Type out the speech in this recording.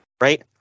Right